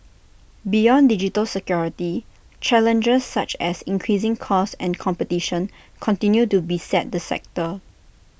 beyond digital security challenges such as increasing costs and competition continue to beset the sector